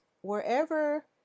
wherever